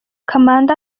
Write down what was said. kamanda